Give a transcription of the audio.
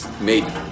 made